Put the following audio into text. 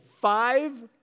five